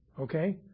okay